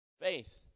Faith